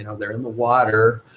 you know they're in the water.